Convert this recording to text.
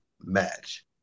match